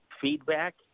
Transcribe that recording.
feedback